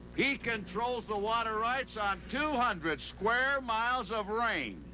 he controls the water rights, on two hundred square miles of range.